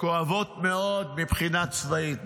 כואבות מאוד מבחינה צבאית,